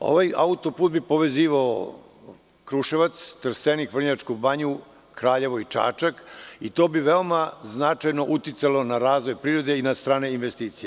Ovaj autoput bi povezivao Kruševac, Trstenik, Vrnjačku Banju, Kraljevo i Čačak i to bi veoma značajno uticalo na razvoj privrede i na strane investicije.